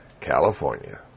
California